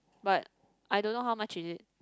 but I don't know how much is it